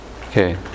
okay